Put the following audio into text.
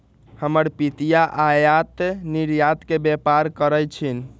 हमर पितिया आयात निर्यात के व्यापार करइ छिन्ह